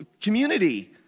community